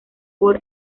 por